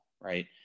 Right